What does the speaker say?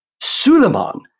Suleiman